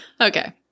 Okay